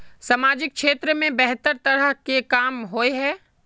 सामाजिक क्षेत्र में बेहतर तरह के काम होय है?